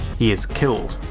he is killed,